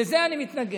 לזה אני מתנגד.